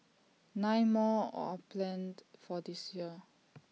nine more are planned for this year